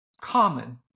common